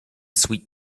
sweet